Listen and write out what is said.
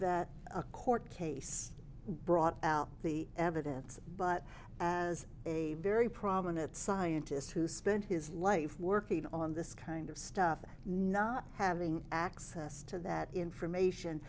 that a court case brought out the evidence but as a very prominent scientist who spent his life working on this kind of stuff not having access to that information